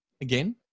again